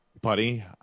buddy